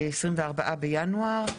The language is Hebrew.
24 בינואר,